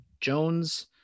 Jones